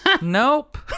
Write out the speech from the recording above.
Nope